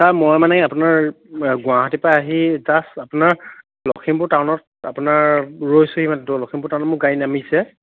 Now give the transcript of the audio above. sir মই মানে আপোনাৰ গুৱাহাটীৰ পৰা আহি জাষ্ট আপোনাৰ লখিমপুৰ টাউনত আপোনাৰ ৰৈছোহি মানে লখিমপুৰ টাউনত মোৰ গাড়ী নামিছে